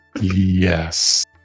Yes